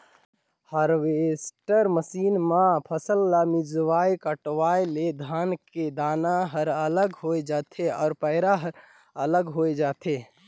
harvester machine म फसल ल मिंजवाय कटवाय ले धान के दाना हर अलगे होय जाथे अउ पैरा हर अलगे होय जाथे